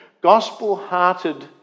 gospel-hearted